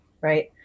right